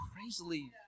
crazily